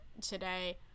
today